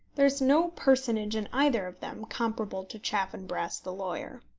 there is no personage in either of them comparable to chaffanbrass the lawyer.